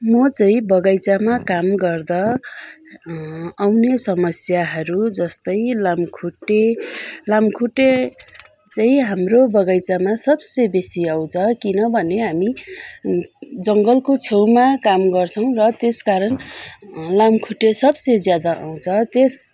म चाहिँ बगैँचामा काम गर्दा आउने समस्याहरू जस्तै लामखुट्टे लामखुट्टे चाहिँ हाम्रो बगैँचामा सब से बेसी आउँछ किनभने हामी जङ्गलको छेउमा काम गर्छौँ र त्यस कारण लामखुट्टे सबसे ज्यादा आउँछ त्यस